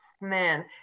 Man